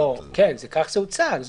כך זה הוצג.